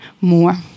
more